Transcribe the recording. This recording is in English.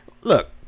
look